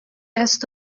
است